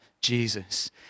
Jesus